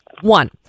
One